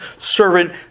servant